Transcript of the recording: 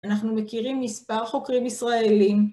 אנחנו מכירים מספר חוקרים ישראלים